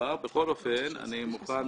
אני מוכן